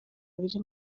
ibiri